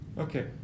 Okay